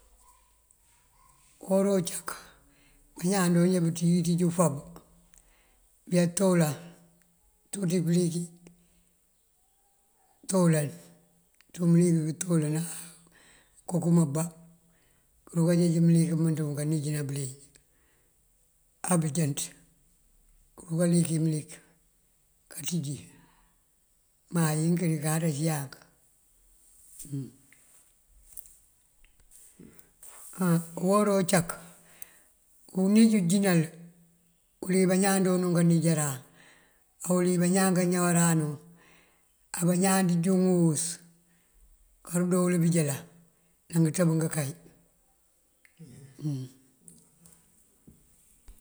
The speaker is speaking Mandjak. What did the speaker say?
Uwora uncak bañaan doonjá bënţíj kënţíj úufab bëyatolan pëţuţí pëlikí ţoolan, kënţú mëlik këntoolana akonkëma bá këruka jeej mëlik mëmënţú mun kanijëna bëlenj abënjënţ këruka likí mëlik kancinj má inkiri kata cí yank. Uwora uncak unij unjínal uwël wí bañaan joonu kanijaran, awël wí bañaan kañawaran wun. Abañaan kënjúŋ uwus kandoo uwul bënjëlan nangëţëb ngënkay.